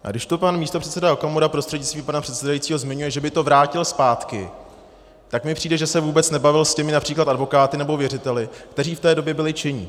A když to pan místopředseda Okamura prostřednictvím pana předsedajícího zmiňuje, že by to vrátil zpátky, tak mi přijde, že se vůbec nebavil například s těmi advokáty nebo věřiteli, kteří v té době byli činní.